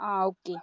ആ ഓക്കെ